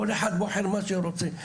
כל אחד בוחר מה שהוא רוצה.